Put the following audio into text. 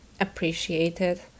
appreciated